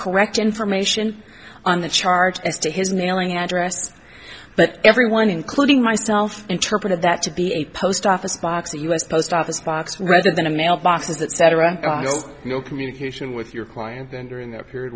correct information on the charge as to his nailing address but everyone including myself interpreted that to be a post office box a us post office box rather than a mailboxes that cetera no communication with your client then during that period